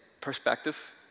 perspective